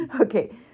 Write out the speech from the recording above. Okay